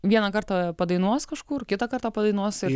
vieną kartą padainuos kažkur kitą kartą padainuos ir